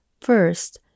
First